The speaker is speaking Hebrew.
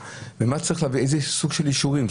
איזה סוג של אישורים?